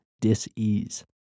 dis-ease